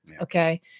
Okay